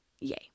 Yay